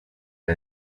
the